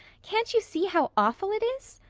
can't you see how awful it is?